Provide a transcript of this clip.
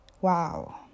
Wow